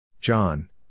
John